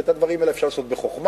את הדברים האלה אפשר לעשות בחוכמה,